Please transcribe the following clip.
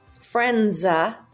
Frenza